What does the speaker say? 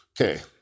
Okay